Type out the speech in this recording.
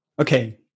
Okay